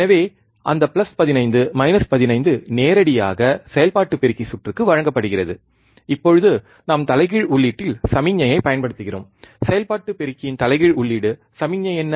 எனவே அந்த plus 15 minus 15 நேரடியாக செயல்பாட்டு பெருக்கி சுற்றுக்கு வழங்கப்படுகிறது இப்போது நாம் தலைகீழ் உள்ளீட்டில் சமிக்ஞையைப் பயன்படுத்துகிறோம் செயல்பாட்டு பெருக்கியின் தலைகீழ் உள்ளீடு சமிக்ஞை என்ன